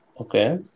Okay